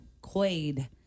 Quaid